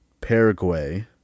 Paraguay